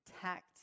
tact